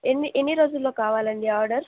ఎన్ని ఎన్ని రోజుల్లో కావాలండి ఆర్డర్